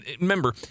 Remember